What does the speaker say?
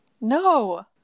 No